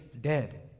dead